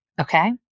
Okay